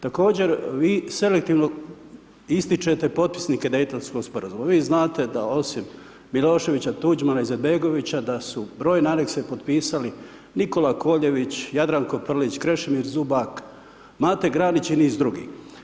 Također vi selektivno ističete potpisnike Dejtonskog Sporazuma, vi znate da osim Miloševića, Tuđmana, Izetbegovića, da su brojne Anekse potpisali Nikola Koljević, Jadranko Prlić, Krešimir Zubak, Mate Granić i niz drugih.